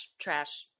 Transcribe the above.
trash